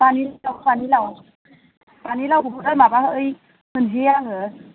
फानि लाव फानि लाव फानि लावखौबो माबा ओइ होनसै आङो